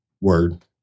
Word